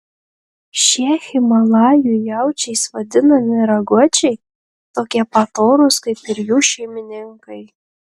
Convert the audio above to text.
šie himalajų jaučiais vadinami raguočiai tokie pat orūs kaip ir jų šeimininkai